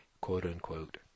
quote-unquote